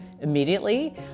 immediately